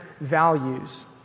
values